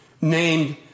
Named